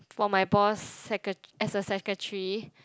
for my boss secre~ as a secretary